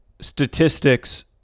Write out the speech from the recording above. statistics